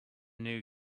new